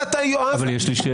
אבל יואב --- אבל יש לי שאלה.